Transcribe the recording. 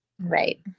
right